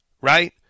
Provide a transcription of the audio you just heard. right